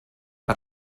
per